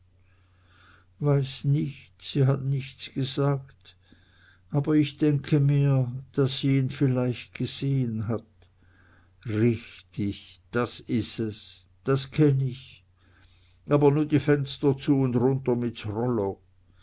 weiß nich sie hat nichts gesagt aber ich denke mir daß sie n vielleicht gesehn hat richtig das is es das kenn ich aber nu die fenster zu un runter mit s rollo